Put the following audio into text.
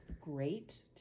great